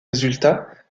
résultats